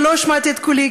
ולא השמעתי את קולי,